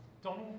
Donald